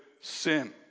sin